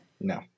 No